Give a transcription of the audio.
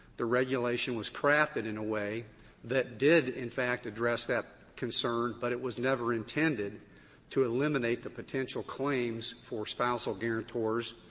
the regulation was crafted in a way that did, in fact, address that concern, but it was never intended to eliminate the potential claims for spousal guarantors.